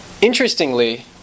Interestingly